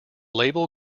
label